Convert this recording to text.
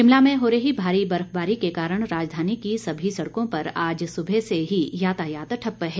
शिमला में हो रही भारी बर्फबारी के कारण राजधानी की सभी सड़कों पर आज सुबह से ही यातायात ठप्प है